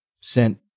sent